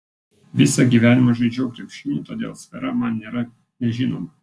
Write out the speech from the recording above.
visą gyvenimą žaidžiau krepšinį todėl sfera man nėra nežinoma